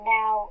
now